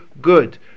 Good